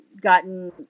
gotten